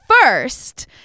first